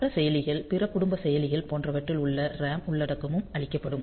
மற்ற செயலிகள் பிற குடும்ப செயலிகள் போன்றவற்றில் உள்ள RAM உள்ளடக்கமும் அழிக்கப்படும்